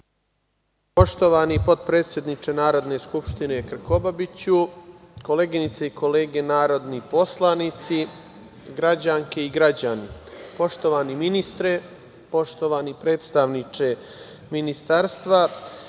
Poštovani potpredsedniče Narodne skupštine Krkobabiću, koleginice i kolege narodni poslanici, građanke i građani, poštovani ministre, poštovani predstavniče Ministarstva,